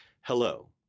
Hello